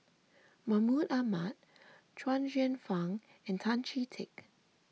Mahmud Ahmad Chuang Hsueh Fang and Tan Chee Teck